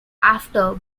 after